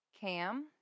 Cam